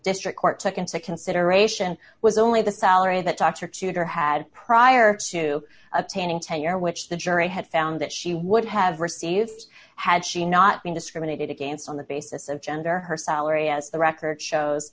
district court nd set consideration was only the salary that doctor tutor had prior to obtaining tenure which the jury had found that she would have received had she not been discriminated against on the basis of gender her salary as the record shows